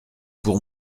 pour